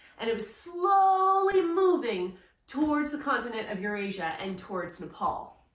and it was slowly moving towards the continent of eurasia and towards nepal.